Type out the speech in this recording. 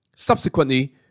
subsequently